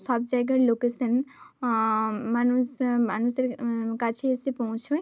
সব জায়গার লোকেশন মানুষ মানুষের কাছে এসে পৌঁছয়